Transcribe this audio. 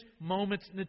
moments